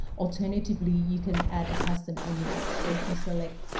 alternatively, you can add a custom image. so if you select,